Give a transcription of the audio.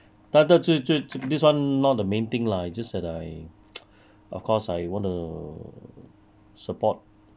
但但最最 this one not the main thing lah it's just that I of course I want to support